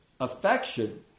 affection